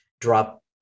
drop